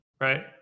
right